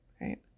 Right